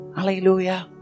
Hallelujah